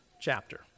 chapter